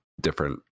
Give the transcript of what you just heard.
different